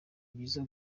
byiza